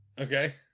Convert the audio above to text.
okay